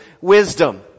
wisdom